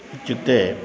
इत्युक्ते